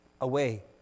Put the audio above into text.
away